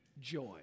joy